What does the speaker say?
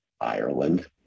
ireland